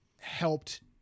helped